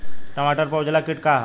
टमाटर पर उजला किट का है?